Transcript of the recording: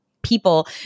people